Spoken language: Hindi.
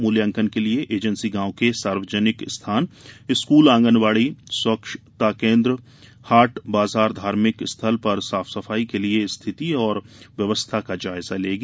मूल्यांकन के लिये एजेंसी गाँव के सार्वजनिक स्थान स्कूल आँगनवाड़ी स्वास्थ्य केन्द्र हाट बाजार धार्मिक स्थल पर साफ सफाई की स्थिति और व्यवस्था का जायजा लेगी